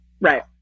right